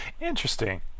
interesting